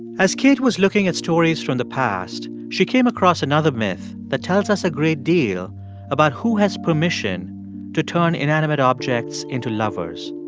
as kate was looking at stories from the past, she came across another myth that tells us a great deal about who has permission permission to turn inanimate objects into lovers.